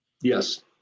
Yes